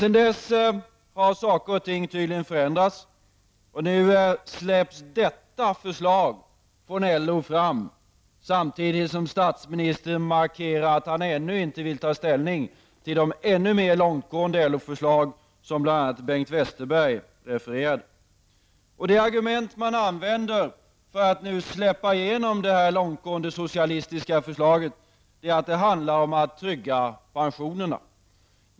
Sedan dess har saker och ting tydligen förändrats, och nu släpps detta förslag från LO fram samtidigt som statsministern markerar att han ännu inte vill ta ställning till de ännu mer långtgående LO-förslag som bl.a. Bengt Westerberg här refererar till. Det argument man använder för att nu släppa igenom detta långtgående socialistiska förslag är att det handlar om att trygga pensionerna.